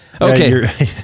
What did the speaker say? okay